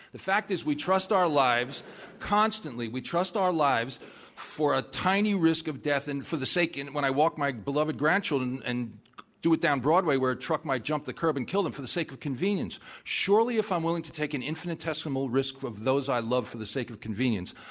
the fact is we trust our lives constantly. we trust our lives for a tiny risk of death and for the sake and when i walk my beloved grandchildren and do it down broadway where a truck might jump the curb and kill them for the sake of convenience. surely if i'm willing to take an infinitesimal risk for those i love for the sake of convenience,